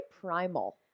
primal